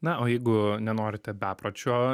na o jeigu nenorite bepročio